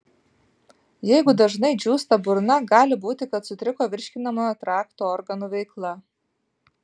jeigu dažnai džiūsta burna gali būti kad sutriko virškinamojo trakto organų veikla